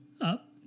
up